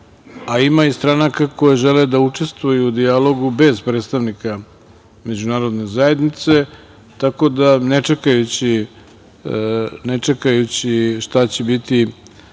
a ima i stranaka koji žele da učestvuju u dijalogu, bez predstavnika Međunarodne zajednice, tako da ne čekajući šta će biti